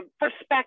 perspective